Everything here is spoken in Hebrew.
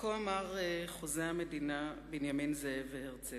כה אמר חוזה המדינה בנימין זאב הרצל: